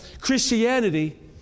Christianity